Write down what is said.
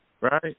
Right